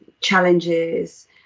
challenges